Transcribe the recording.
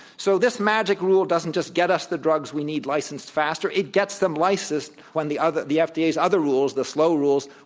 so this magic rule doesn't just get us the drugs we need licensed faster. it gets them licensed when the other the fda's other rules, the slow rules,